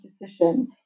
decision